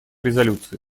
резолюции